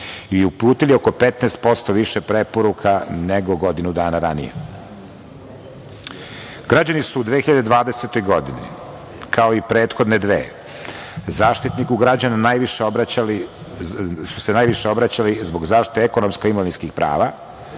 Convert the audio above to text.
i uputili oko 15% više preporuka nego godinu dana ranije. Građani su u 2020. godini, kao i prethodne dve, Zaštitniku građana su se najviše obraćali zbog zaštite ekonomskih i imovinskih prava,